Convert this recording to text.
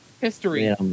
History